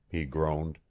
he groaned.